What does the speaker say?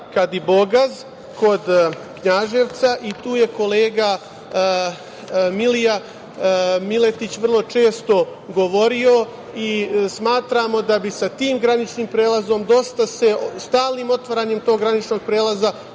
Kadibogaz kod Knjaževca i o tome je kolega Milija Miletiće govorio i smatramo da bi se sa tim graničnim prelazom, stalnim otvaranjem tog graničnog prelaze